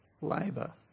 labour